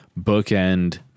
bookend